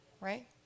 right